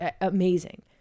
amazing